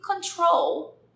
control